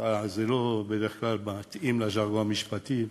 זה בדרך כלל לא מתאים לז'רגון המשפטי,